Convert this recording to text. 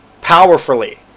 powerfully